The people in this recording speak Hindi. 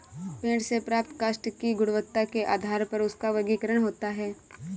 पेड़ से प्राप्त काष्ठ की गुणवत्ता के आधार पर उसका वर्गीकरण होता है